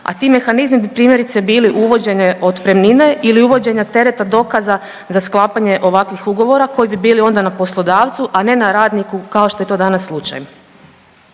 a ti mehanizmi bi, primjerice bili uvođenje otpremnine ili uvođenje tereta dokaza za sklapanje ovakvih ugovora, koji bi bili onda na poslodavcu, a ne na radniku kao što je to danas slučaj.